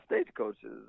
stagecoaches